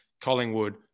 Collingwood